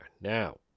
now